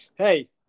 hey